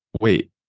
wait